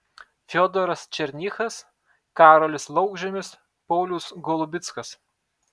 fiodoras černychas karolis laukžemis paulius golubickas